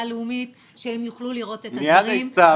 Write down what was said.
הלאומית שהם יוכלו לראות את הכתבים.